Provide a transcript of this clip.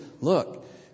look